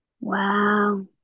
Wow